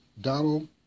Donald